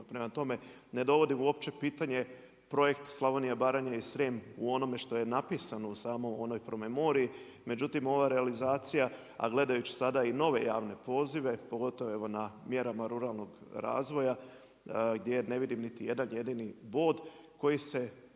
Prema tome, ne dovodim uopće pitanje Projekt „Slavonija Baranja i Srijem“ u onome što je napisano u samoj onoj promemoriji međutim ova realizacija, a gledajući sada i nove javne pozive pogotovo evo na mjerama ruralnog razvoja, gdje ne vidim niti jedan jedini bod koji se